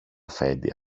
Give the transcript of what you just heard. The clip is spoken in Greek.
αφέντη